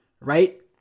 Right